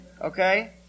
Okay